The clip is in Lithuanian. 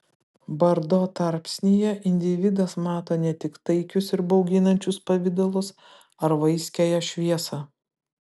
bardo tarpsnyje individas mato ne tik taikius ir bauginančius pavidalus ar vaiskiąją šviesą